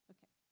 Okay